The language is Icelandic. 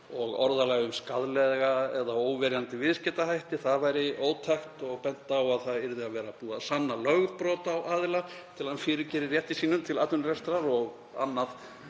og orðalag um skaðlega eða óverjandi viðskiptahætti væri ótækt og bent var á að það yrði að vera búið að sanna lögbrot á aðila til að hann fyrirgerði rétti sínum til atvinnurekstrar og annað.